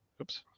oops